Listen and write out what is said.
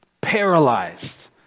Paralyzed